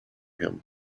him